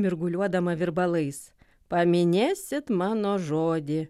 mirguliuodama virbalais paminėsit mano žodį